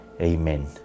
Amen